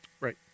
Right